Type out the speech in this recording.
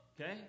Okay